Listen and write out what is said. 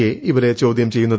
A ഇവരെ ചോദൃം ചെയ്യുന്നത്